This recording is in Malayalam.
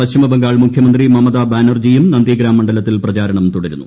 പശ്ചിമബംഗാൾ മുഖ്യമന്ത്രി മമതാ ബാനർജിയും നന്ദിഗ്രാം മണ്ഡലത്തിൽ പ്രചാരണം തുടരുന്നു